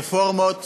רפורמות